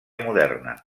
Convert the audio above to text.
moderna